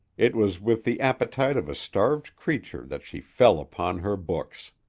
it was with the appetite of a starved creature that she fell upon her books.